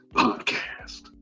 podcast